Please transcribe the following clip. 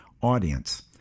audience